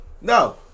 No